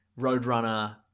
Roadrunner